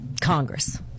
Congress